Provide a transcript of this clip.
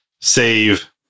save